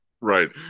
Right